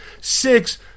Six